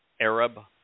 Arab